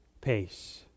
pace